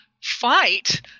fight